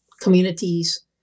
communities